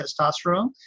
testosterone